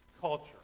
culture